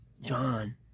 john